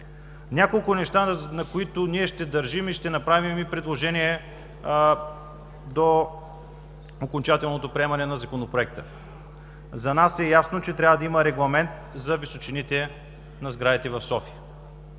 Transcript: Няколко неща, на които ние ще държим и ще направим предложения до окончателното приемане на Законопроекта. За нас е ясно, че трябва да има регламент за височините на сградите в София.